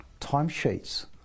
Timesheets